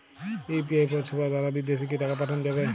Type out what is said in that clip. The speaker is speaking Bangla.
ইউ.পি.আই পরিষেবা দারা বিদেশে কি টাকা পাঠানো যাবে?